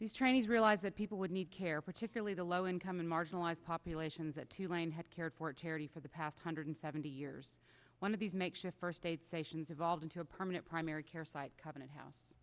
these trainees realized that people would need care particularly the low income and marginalized populations at tulane had cared for charity for the past hundred seventy years one of these makeshift first aid stations evolved into a permanent primary care site covenant house